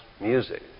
music